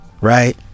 right